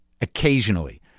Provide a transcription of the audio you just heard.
Occasionally